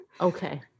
Okay